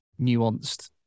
nuanced